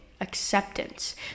acceptance